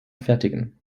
fertigen